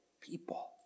people